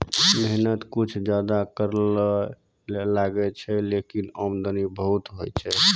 मेहनत कुछ ज्यादा करै ल लागै छै, लेकिन आमदनी बहुत होय छै